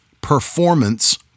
performance